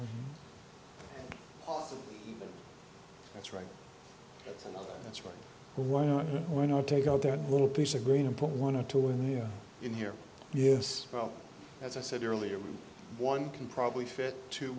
market that's right that's right why not why not take out their little piece of green and put one or two in you in here yes well as i said earlier one can probably fit to